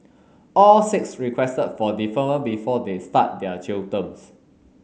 all six requested for deferment before they start their jail terms